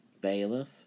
bailiff